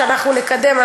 שאנחנו נקדם.